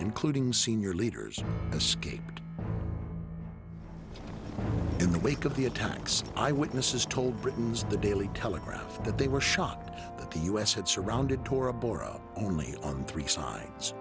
including senior leaders escaped in the wake of the attacks eyewitnesses told britain's the daily telegraph that they were shocked that the us had surrounded tora bora only on three sides